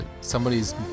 somebody's